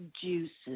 juices